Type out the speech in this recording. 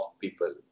people